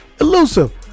elusive